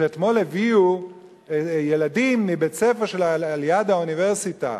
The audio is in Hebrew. שאתמול הביאו ילדים מבית-הספר ליד האוניברסיטה,